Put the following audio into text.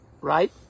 right